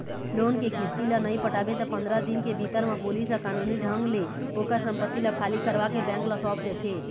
loan के किस्ती ल नइ पटाबे त पंदरा दिन के भीतर म पुलिस ह कानूनी ढंग ले ओखर संपत्ति ल खाली करवाके बेंक ल सौंप देथे